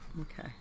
okay